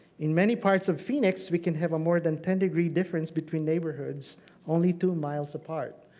in many parts of phoenix we can have a more than ten degree difference between neighborhoods only two miles apart.